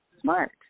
smart